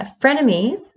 frenemies